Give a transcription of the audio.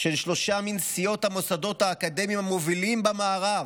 של שלוש נשיאות מהמוסדות האקדמיים המובילים במערב,